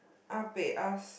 ah-peh-ah